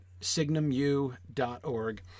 signumu.org